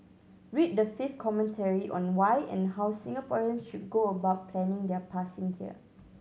read the fifth commentary on why and how Singaporeans should go about planning their passing here